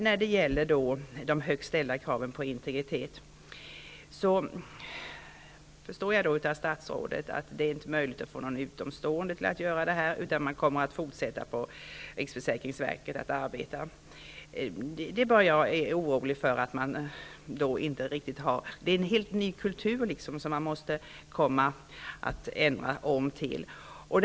När det gäller de högt ställda kraven på integritet är det inte möjligt, såvitt jag kan tolka statsrådet, att få en utomstående att arbeta med dessa saker. Det blir riksförsäkringsverket som får fortsätta att arbeta med dem. Men det är en helt ny kultur som man måste ställa om sig till.